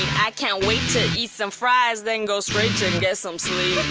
i can't wait to eat some fries then go straight to and get some sleep